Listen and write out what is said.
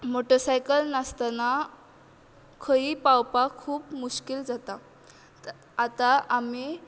motorcycle नासतना खंयीय पावपाक खूब मुश्कील जाता ता आतां आमी